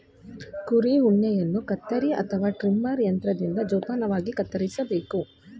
ಕುರಿಯ ಉಣ್ಣೆಯನ್ನು ಕತ್ತರಿ ಅಥವಾ ಟ್ರಿಮರ್ ಯಂತ್ರದಿಂದ ಜೋಪಾನವಾಗಿ ಕತ್ತರಿಸಬೇಕು